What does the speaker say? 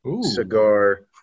cigar